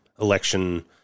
election